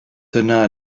dyna